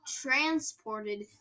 transported